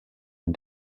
and